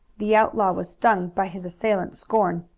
the outlaw was stung by his assailant's scorn.